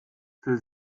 für